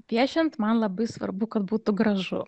piešiant man labai svarbu kad būtų gražu